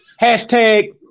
Hashtag